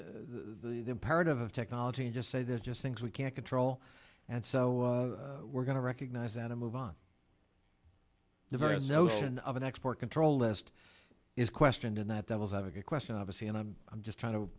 imperative of technology and just say there's just things we can't control and so we're going to recognise that a move on the very notion of an export control list is questioned in that devil's advocate question obviously and i'm i'm just trying to